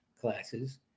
classes